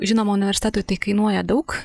žinoma universitetui tai kainuoja daug